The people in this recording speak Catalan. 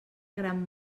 gran